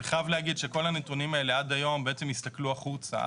אני חייב להגיד שכל הנתונים האלה עד היום בעצם הסתכלו החוצה.